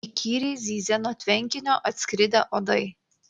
įkyriai zyzė nuo tvenkinio atskridę uodai